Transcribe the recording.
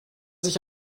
sich